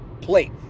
plate